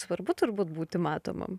svarbu turbūt būti matomam